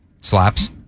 Slaps